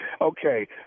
Okay